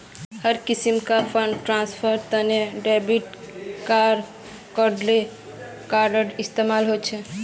हर किस्मेर फंड ट्रांस्फरेर तने डेबिट आर क्रेडिट कार्डेर इस्तेमाल ह छे